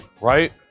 Right